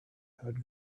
had